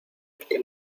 que